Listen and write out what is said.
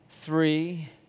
three